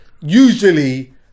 usually